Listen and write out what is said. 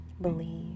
believe